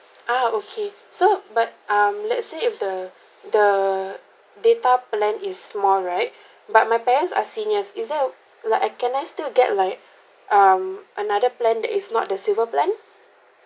ah okay so but um let's say if the the data plan is small right but my parents are seniors is there like I can I still get like um another plan that is not the silver plan